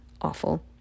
awful